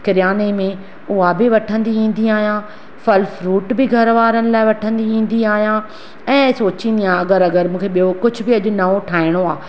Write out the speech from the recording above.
किरयाने में उहा बि वठंदी ईंदी आहियां फ़ल फ्रुट बि घर वारनि लाइ वठंदी ईंदी आहियां ऐं सोचींदी आहियां अगरि अगरि मूंखे ॿियो कुझु बि अॼु नओं ठाहिणो आहे